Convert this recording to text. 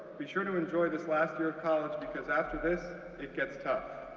be sure to enjoy this last year of college, because after this, it gets tough.